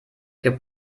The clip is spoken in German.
gibt